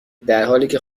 درحالیکه